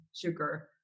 sugar